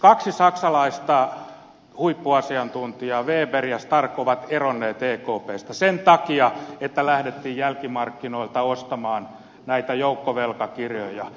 kaksi saksalaista huippuasiantuntijaa weber ja stark on eronnut ekpstä sen takia että lähdettiin jälkimarkkinoilta ostamaan näitä joukkovelkakirjoja